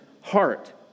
heart